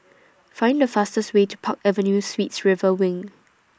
Find The fastest Way to Park Avenue Suites River Wing